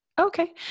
Okay